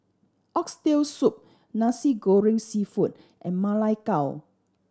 Oxtail Soup Nasi Goreng Seafood and Ma Lai Gao